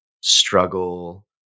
struggle